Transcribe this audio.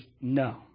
no